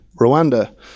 Rwanda